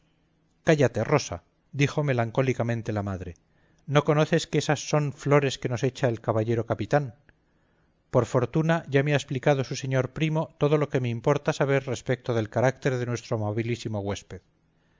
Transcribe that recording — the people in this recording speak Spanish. cállate rosa dijo melancólicamente la madre no conoces que esas son flores que nos echa el caballero capitán por fortuna ya me ha explicado su señor primo todo lo que me importaba saber respecto del carácter de nuestro amabilísimo huésped